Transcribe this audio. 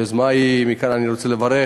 היוזמה היא, מכאן אני רוצה לברך